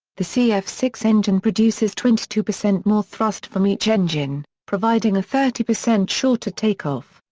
the c f six engine produces twenty two percent more thrust from each engine, providing a thirty percent shorter takeoff,